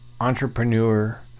entrepreneur